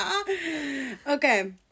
Okay